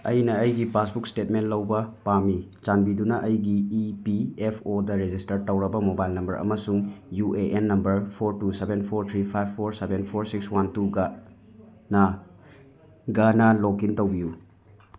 ꯑꯩꯅ ꯑꯩꯒꯤ passbook statement ꯂꯧꯕ ꯄꯥꯝꯃꯤ ꯆꯥꯟꯕꯤꯗꯨꯅ ꯑꯩꯒꯤ E P F O register ꯇꯧꯔꯕ ꯃꯣꯕꯥꯏꯜ ꯅꯝꯕꯔ ꯑꯃꯁꯨꯡ U A N number four two seven four three five four seven four six one ꯇꯨꯒꯅ ꯂꯣꯛ ꯏꯟ ꯇꯧꯕꯤꯌꯨ